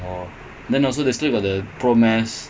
they will